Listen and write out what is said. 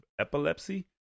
epilepsy